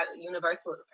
universal